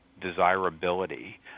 desirability